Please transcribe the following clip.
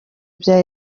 bya